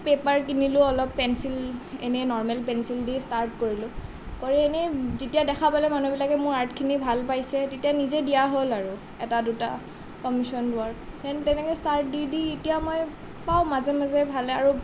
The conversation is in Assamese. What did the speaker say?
পেপাৰ কিনিলো অলপ পেঞ্চিল এনেই নৰ্মেল পেঞ্চিল দিয়ে ষ্টাৰ্ট কৰিলো কৰি এনেই যেতিয়া দেখা পালে মানুহবিলাকে মোৰ আৰ্টখিনি ভাল পাইছে তেতিয়া নিজে দিয়া হ'ল আৰু এটা দুটা কমিচন লোৱাৰ তেনেকৈ ষ্টাৰ্ট দি দি এতিয়া মই পাওঁ মাজে মাজে ভালে আৰু